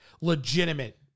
legitimate